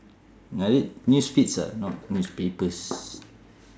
I read news feeds ah not newspapers